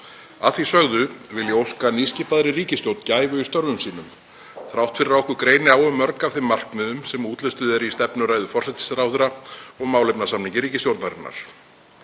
Að því sögðu vil ég óska nýskipaðri ríkisstjórn gæfu í störfum sínum, þrátt fyrir að okkur greini á um mörg af þeim markmiðum sem útlistuð eru í stefnuræðu forsætisráðherra og málefnasamningi ríkisstjórnarinnar.